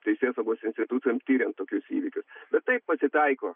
teisėsaugos institucijom tiriant tokius įvykius bet taip pasitaiko